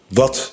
wat